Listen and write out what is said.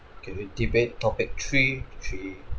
can read debate topic three three